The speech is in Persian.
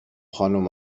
خانوم